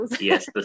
Yes